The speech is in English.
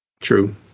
True